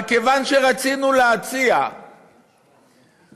אבל כיוון שרצינו להציע פתרון,